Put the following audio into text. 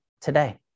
today